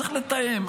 צריך לתאם.